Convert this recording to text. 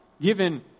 given